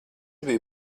biju